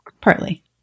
partly